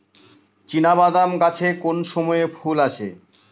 চিনাবাদাম গাছে কোন সময়ে ফুল আসে?